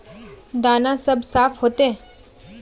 दाना सब साफ होते?